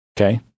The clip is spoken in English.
okay